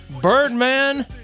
Birdman